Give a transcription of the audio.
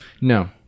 No